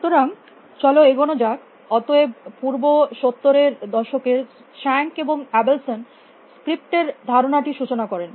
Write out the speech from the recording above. সুতরাং চলো এগোনো যাক অতএব পূর্ব সত্তরের দশকে স্কাঁক এবং আবেল্সন স্ক্রিপ্ট এর ধারণাটি র সূচনা করেন